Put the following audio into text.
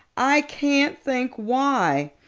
i can't think why.